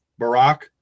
Barack